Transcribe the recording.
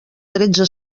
tretze